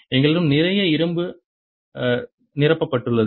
எங்களிடம் நிறைய இரும்பு நிரப்பப்பட்டுள்ளது